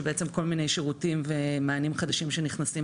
שבעצם כל מיני שירותים ומענים חדשים שנכנסים